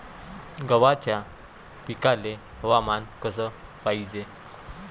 गव्हाच्या पिकाले हवामान कस पायजे?